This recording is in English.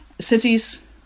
cities